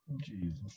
Jesus